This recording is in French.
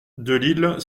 delisle